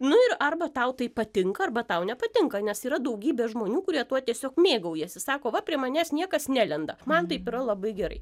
nu ir arba tau tai patinka arba tau nepatinka nes yra daugybė žmonių kurie tuo tiesiog mėgaujasi sako va prie manęs niekas nelenda man taip yra labai gerai